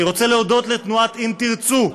אני רוצה להודות לתנועת "אם תרצו",